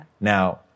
Now